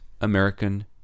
American